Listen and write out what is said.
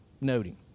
noting